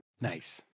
Nice